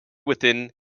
within